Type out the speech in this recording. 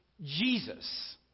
Jesus